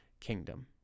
kingdom